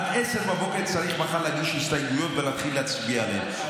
עד 10:00 מחר צריך להגיש הסתייגויות ולהתחיל להצביע עליהן.